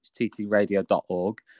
ttradio.org